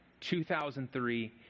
2003